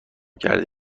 کرده